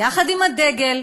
יחד עם הדגל,